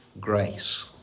grace